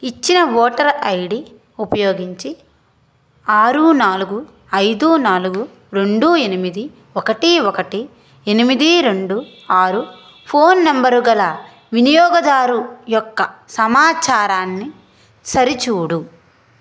ఇచ్చిన voter ID ఉపయోగించి ఆరు నాలుగు ఐదు నాలుగు రెండు ఎనిమిది ఒకటి ఒకటి ఎనిమిది రెండు ఆరు ఫోన్ నంబరు గల వినియోగదారు యొక్క సమాచారాన్ని సరిచూడు